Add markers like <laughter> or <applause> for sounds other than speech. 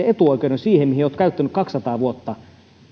<unintelligible> etuoikeuden siihen mihin olet käyttänyt kaksisataa